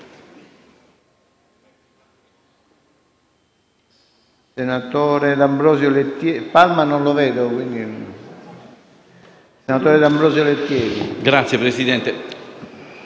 senatori D'Ambrosio Lettieri